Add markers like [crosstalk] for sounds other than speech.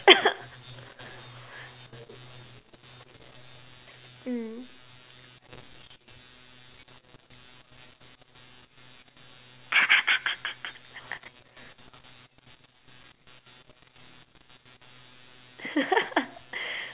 mm [laughs]